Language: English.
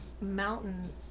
mountain